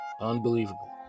Unbelievable